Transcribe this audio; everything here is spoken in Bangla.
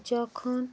যখন